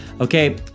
Okay